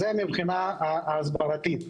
זה מבחינה הסברתית.